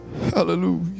Hallelujah